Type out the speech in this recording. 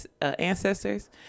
ancestors